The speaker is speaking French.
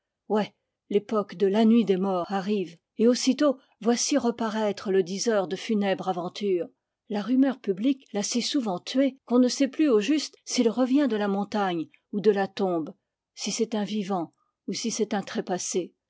ouais l'époque de la nuit des morts arrive et aussitôt voici reparaître le diseur de funèbre aventure la rumeur publique l'a si souvent tué qu'on ne sait plus au juste s'il revient de la montagne ou de la tombe si c'est un vivant ou si c'est un trépassé